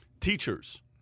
Teachers